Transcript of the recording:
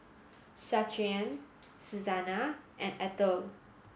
Shaquan Susanna and Ethyl